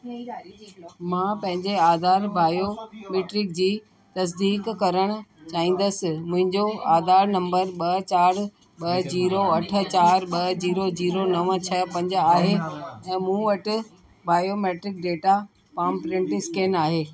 मां पंहिंजे आधार बायोमैट्रिक जी तसदीक करण चाहींदसि मुंहिंजो आधार नंबर ॿ चारि ॿ जीरो अठ चारि ॿ जीरो जीरो नव छह पंज आहे ऐं मूं वटि biometric data palm print scan आहे